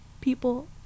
people